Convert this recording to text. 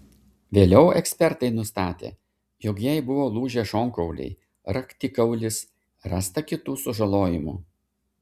vėliau ekspertai nustatė jog jai buvo lūžę šonkauliai raktikaulis rasta kitų sužalojimų